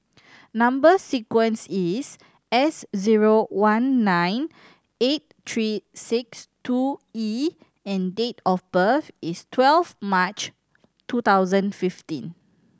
number sequence is S zero one nine eight three six two E and date of birth is twelve March two thousand fifteen